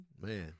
man